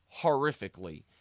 horrifically